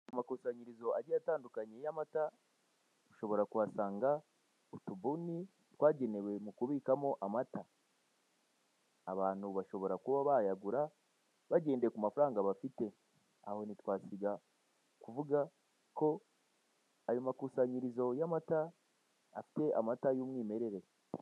Amakusanyirizo agiye atandukanye y'amata, ushobora kuhasanga utubuni twagenewe mu kubikwamo amata. abantu bashobora kuba bayagura bagendeye ku mafaranga bafite, aho ntitwasiga kuvuga ko ayo makusanyirizo y'amata afite amata y'umwimerere.